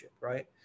right